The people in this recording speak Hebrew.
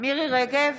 מירי מרים רגב,